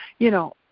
you know,